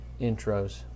intros